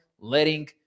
Letting